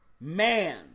Man